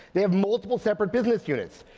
they have multiple, separate business units.